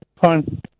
Fine